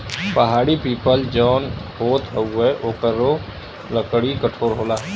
पहाड़ी पीपल जौन होत हउवे ओकरो लकड़ी कठोर होला